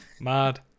mad